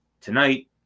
Tonight